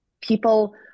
People